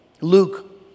Luke